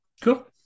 Cool